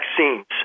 vaccines